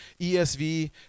ESV